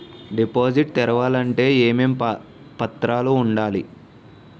Deposit తెరవాలి అంటే ఏమేం పత్రాలు ఉండాలి?